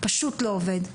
פשוט לא עובד,